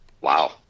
Wow